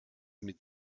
mit